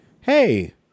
hey